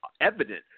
evident